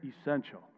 essential